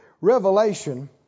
revelation